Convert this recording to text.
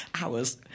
Hours